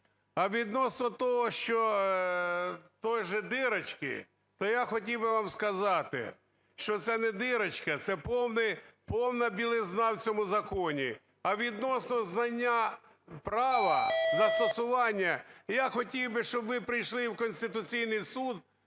А відносно того, що той же дырочки, то я хотів би вам сказати, що це не дырочка, це повна білизна в цьому законі. А відносно знання права, застосування, я хотів би, щоб ви прийшли в Конституційний Суд,